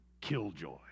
killjoy